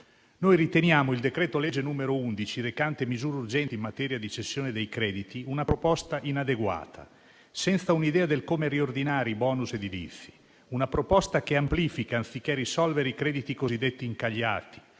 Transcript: Noi riteniamo il decreto-legge 16 febbraio 2023, n. 11, recante misure urgenti in materia di cessione dei crediti, una proposta inadeguata, senza un'idea di come riordinare i *bonus* edilizi, una proposta che amplifica anziché risolvere i crediti cosiddetti incagliati;